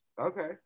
Okay